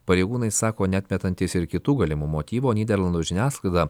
pareigūnai sako neatmetantys ir kitų galimų motyvų o nyderlandų žiniasklaida